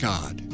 God